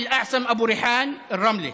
עלי אל-אחסן אבו אל-ריחאן, רמלה,